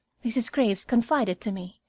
mrs. graves confided to me.